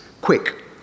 quick